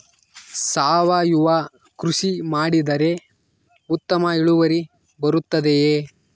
ಸಾವಯುವ ಕೃಷಿ ಮಾಡಿದರೆ ಉತ್ತಮ ಇಳುವರಿ ಬರುತ್ತದೆಯೇ?